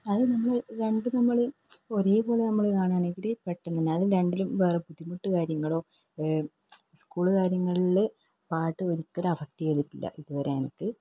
അത് നമ്മൾ രണ്ടും നമ്മൾ ഒരേ പോലെ നമ്മൾ കാണാണമെങ്കിൽ പെട്ടന്ന് തന്നെ അതിൽ രണ്ടിലും വേറെ ബുദ്ധിമുട്ട് കാര്യങ്ങളോ സ്കൂൾ കാര്യങ്ങളിൽ പാട്ട് ഒരിക്കലും അഫക്ട് ചെയ്തിട്ടില്ല ഇതുവരെ എനിക്ക്